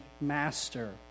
master